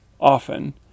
often